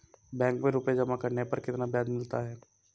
Bank में रुपये जमा करने पर कितना ब्याज मिलता है?